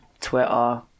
Twitter